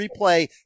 replay